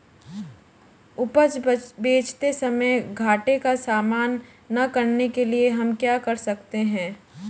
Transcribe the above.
उपज बेचते समय घाटे का सामना न करने के लिए हम क्या कर सकते हैं?